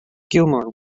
gilmour